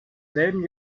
selben